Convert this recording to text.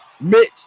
Mitch